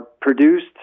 produced